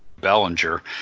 Bellinger